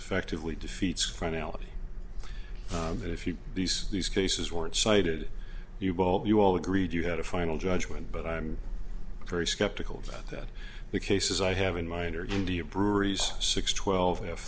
effectively defeats finality that if you these these cases weren't cited you bald you all agreed you had a final judgment but i'm very skeptical about that the cases i have in mind are india brewery's six twelve